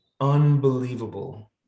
unbelievable